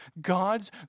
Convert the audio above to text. God's